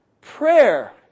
Prayer